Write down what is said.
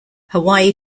hawaii